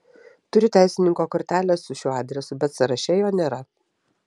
turiu teisininko kortelę su šiuo adresu bet sąraše jo nėra